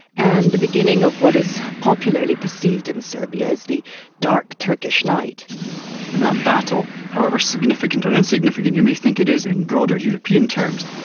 and the beginning of what is popularly perceived in serbia as the dark turkish night. and that battle, however significant or insignificant you may think it is in broader european terms,